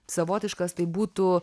savotiškas tai būtų